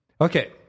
Okay